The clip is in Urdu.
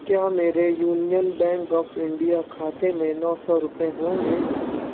کیا میرے یونین بینک آف انڈیا کھاتے میں نو سو روپئے ہوں گے